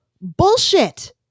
Bullshit